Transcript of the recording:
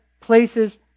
places